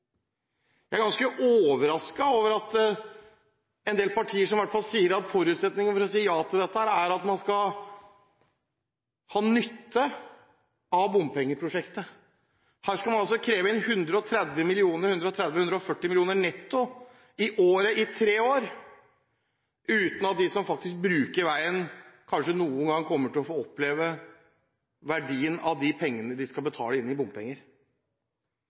Jeg er ganske overrasket over en del partier som i hvert fall sier at forutsetningen for å si ja til dette, er at man skal ha nytte av bompengeprosjektet. Men her skal man altså kreve inn 130–140 mill. kr netto i året i tre år, uten at de som faktisk bruker veien, kanskje noen gang, kommer til å få oppleve verdien av de pengene de skal betale inn i bompenger.